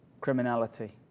criminality